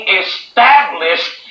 established